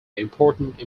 important